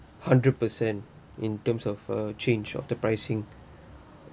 hundred percent in terms of a change of the pricing